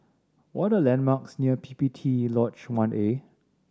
what are the landmarks near P P T Lodge One A